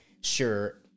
sure